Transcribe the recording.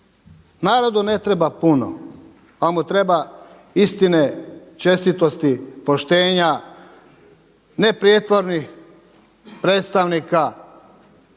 Narodu ne treba puno, ali mu treba istine, čestitosti, poštenja, neprijetvornih predstavnika,